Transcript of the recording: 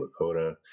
Lakota